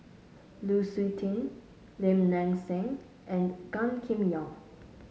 Lu Suitin Lim Nang Seng and Gan Kim Yong